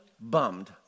bummed